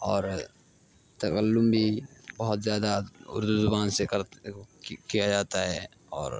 اور تکلم بھی بہت زیادہ اردو زبان سے کر کیا جاتا ہے اور